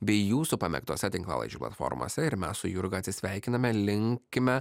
bei jūsų pamėgtose tinklalaidžių platformose ir mes su jurga atsisveikiname linkime